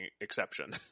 exception